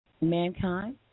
mankind